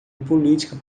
política